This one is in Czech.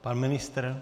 Pan ministr?